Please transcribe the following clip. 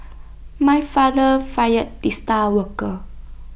my father fired the star worker